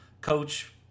coach